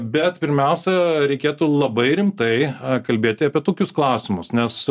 bet pirmiausia reikėtų labai rimtai kalbėti apie tokius klausimus nes